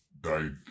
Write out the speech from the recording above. died